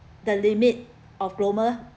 the limit of global